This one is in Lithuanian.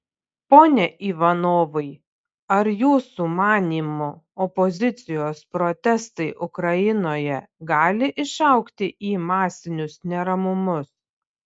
pone ivanovai ar jūsų manymu opozicijos protestai ukrainoje gali išaugti į masinius neramumus